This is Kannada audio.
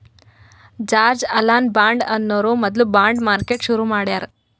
ಜಾರ್ಜ್ ಅಲನ್ ಬಾಂಡ್ ಅನ್ನೋರು ಮೊದ್ಲ ಬಾಂಡ್ ಮಾರ್ಕೆಟ್ ಶುರು ಮಾಡ್ಯಾರ್